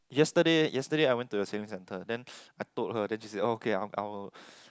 yesterday yesterday I went to the sailing centre then I told her then she said okay I will I will